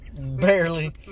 barely